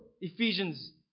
Ephesians